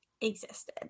existed